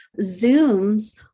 Zooms